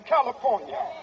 California